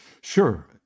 Sure